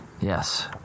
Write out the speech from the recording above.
Yes